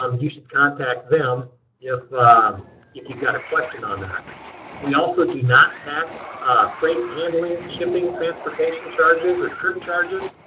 um you should contact them if um if you've got a question on we also do not tax freight, handling, shipping, transportation charges, or trip charges.